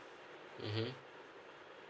mmhmm